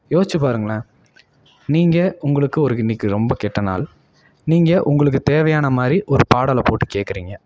யோசிச்சு பாருங்களேன் நீங்கள் உங்களுக்கு ஒரு இன்றைக்கி ரொம்ப கெட்ட நாள் நீங்கள் உங்களுக்கு தேவையான மாதிரி ஒரு பாடலை போட்டு கேட்குறீங்க